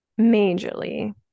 Majorly